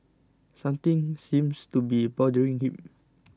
something seems to be bothering him